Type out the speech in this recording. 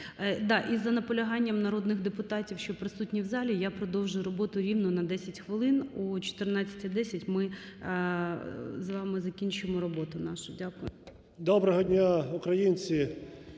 і за наполяганням народних депутатів, що присутні в залі, я продовжую роботу рівно на 10 хвилин. О 14.10 ми закінчимо роботу нашу. Дякую. 13:52:09 ЛЕЩЕНКО